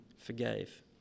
forgave